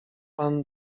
pan